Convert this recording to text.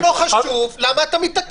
אם זה לא חשוב, למה אתה מתעקש?